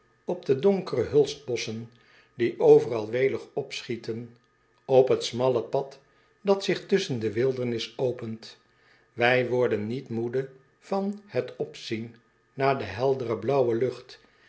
op de donkere hulstbosschen die overal welig opschieten op het smalle pad dat zich tusschen de wildernis opent ij worden niet moede van het opzien naar de heldere blaauwe lucht